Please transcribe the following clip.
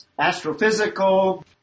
astrophysical